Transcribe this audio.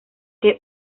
que